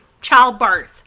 childbirth